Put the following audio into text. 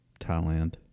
Thailand